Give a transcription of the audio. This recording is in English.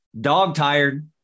dog-tired